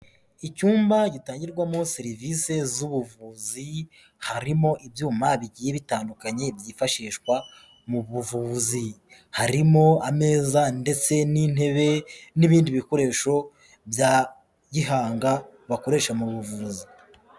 Icyumba gitangirwamo serivisi z'ubuvuzi harimo ibyuma bigiye bitandukanye byifashishwa mu buvuzi. Harimo ameza ndetse n'intebe n'ibindi bikoresho bya gihanga bakoresha mu buvuzi.